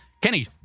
Kenny